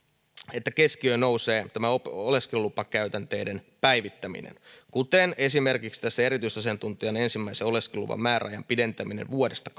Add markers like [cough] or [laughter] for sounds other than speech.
että keskiöön nousee oleskelulupakäytänteiden päivittäminen kuten esimerkiksi erityisasiantuntijan ensimmäisen oleskeluluvan määräajan pidentäminen vuodesta [unintelligible]